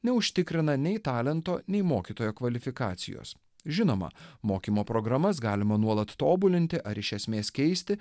neužtikrina nei talento nei mokytojo kvalifikacijos žinoma mokymo programas galima nuolat tobulinti ar iš esmės keisti